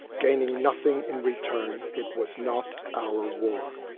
gaining nothing in return. it was not our war.